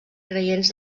creients